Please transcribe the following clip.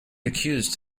accused